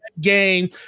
game